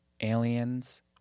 aliens